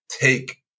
take